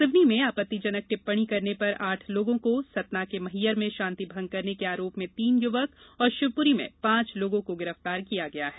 सिवनी में आपत्तिजनक टिप्पणी करने पर आठ लोगों को सतना के मैहर में शान्ति भंग करने के आरोप में तीन युवक और शिवपुरी में पांच लोगों को गिरफ़तार किया गया है